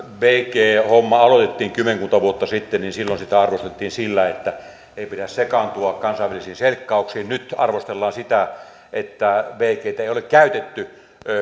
bg homma aloitettiin kymmenkunta vuotta sitten niin silloin sitä arvosteltiin sillä että ei pidä sekaantua kansainvälisiin selkkauksiin nyt arvostellaan sitä että bgtä ei ole käytetty